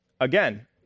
again